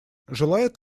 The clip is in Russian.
желает